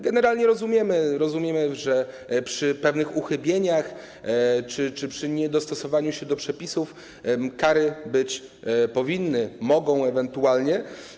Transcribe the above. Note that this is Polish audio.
Generalnie rozumiemy, że przy pewnych uchybieniach czy przy niedostosowaniu się do przepisów kary być powinny, mogą ewentualnie.